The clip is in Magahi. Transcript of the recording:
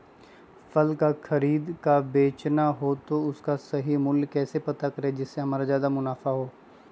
फल का खरीद का बेचना हो तो उसका सही मूल्य कैसे पता करें जिससे हमारा ज्याद मुनाफा हो?